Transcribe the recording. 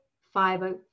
five